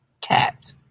Cat